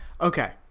Okay